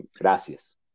Gracias